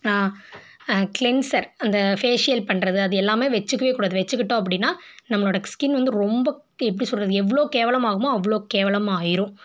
cleanser அந்த facial பண்ணுறது அது எல்லாம் வச்சிக்கவே கூடாது வச்சிக்கிட்டோம் அப்படினா நம்மளோடய ஸ்கின் வந்து ரொம்ப எப்படி சொல்கிறது எவ்வளோ கேவலமாகுமோ அவ்வளோ கேவலமாயிரும்